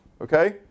Okay